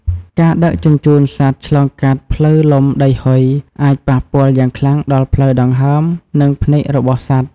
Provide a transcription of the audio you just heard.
ការដឹកជញ្ជូនសត្វឆ្លងកាត់ ផ្លូវលំដីហុយ អាចប៉ះពាល់យ៉ាងខ្លាំងដល់ផ្លូវដង្ហើម និងភ្នែករបស់សត្វ។